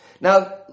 Now